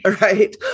right